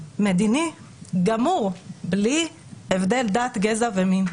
מדיני, גמור, בלי הבדל דת גזע ומין,